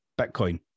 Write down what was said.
Bitcoin